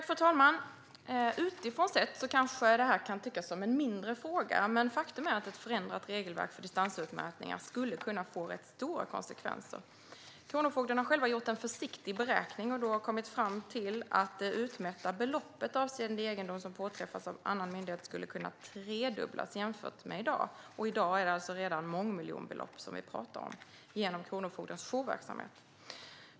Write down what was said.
Fru talman! Utifrån sett kanske det här kan tyckas vara en mindre fråga. Men faktum är att ett förändrat regelverk för distansutmätningar skulle kunna få rätt stora konsekvenser. Kronofogden har själv gjort en försiktig beräkning och då kommit fram till att det utmätta beloppet avseende egendom som påträffas av annan myndighet skulle kunna tredubblas jämfört med i dag, och i dag är det alltså redan mångmiljonbelopp som vi pratar om och som man får in via Kronofogdens jourverksamhet.